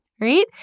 right